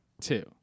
two